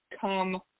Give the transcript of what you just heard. come